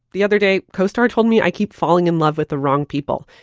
the other day co-star told me i keep falling in love with the wrong people.